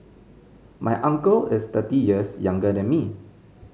my uncle is thirty years younger than me